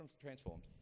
transformed